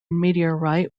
meteorite